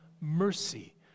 mercy